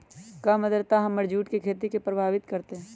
कम आद्रता हमर जुट के खेती के प्रभावित कारतै?